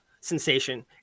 sensation